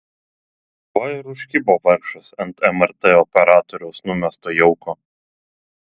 va ir užkibo vargšas ant mrt operatoriaus numesto jauko